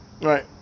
right